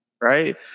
Right